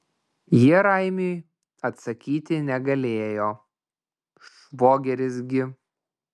jie raimiui atsakyti negalėjo švogeris gi